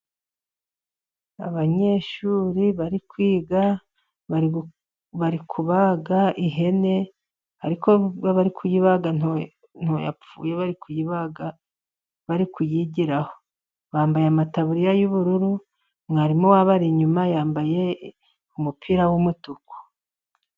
Abanyeshuri bari kwiga bari kubaga ihene, ariko nubwo bari kuyibaga ntabwo yapfuye, bari kuyibaga bari kuyigeraho. Bambaye amataburiya y'ubururu, mwarimu wabo abari inyuma yambaye umupira w'umutuku.